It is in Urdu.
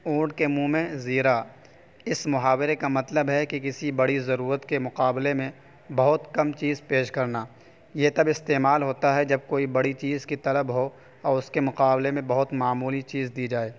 اونٹ کے منھ میں زیرا اس محاورے کا مطلب ہے کہ کسی بڑی ضرورت کے مقابلے میں بہت کم چیز پیش کرنا یہ تب استعمال ہوتا ہے جب کوئی بڑی چیز کی طلب ہو اور اس کے مقابلے میں بہت معمولی چیز دی جائے